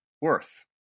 worth